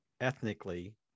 ethnically